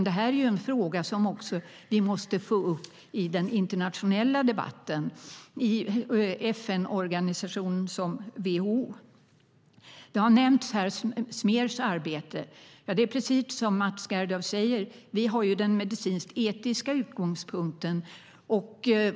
Detta är en fråga som vi också måste få upp i den internationella debatten, i en FN-organisation som WHO. SMER:s arbete har nämnts här. Precis som Mats Gerdau säger har vi den medicinsk-etiska utgångspunkten.